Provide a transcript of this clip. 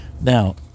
Now